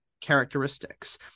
characteristics